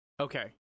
Okay